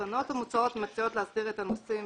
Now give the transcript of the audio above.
התקנות המוצעות מציעות להסדיר את הנושאים